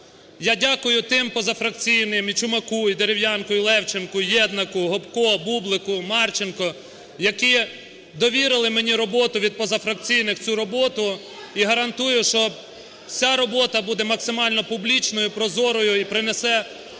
Я дякую тим позафракційним: і Чумаку і Дерев'янку, і Левченку, і Єднаку, Гопко, Бублику, Марченко, які довірили мені роботу від позафракційних цю роботу, і гарантую, що вся робота буде максимально публічною і прозорою і принесе якісний